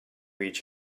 each